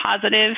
positive